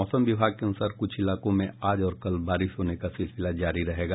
मौसम विभाग के अनुसार कुछ इलाकों में आज और कल बारिश होने का सिलसिला जारी रहेगा